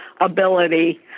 ability